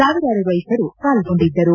ಸಾವಿರಾರು ರೈತರು ಪಾಲೊಂಡಿದ್ದರು